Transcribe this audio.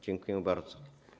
Dziękuję bardzo.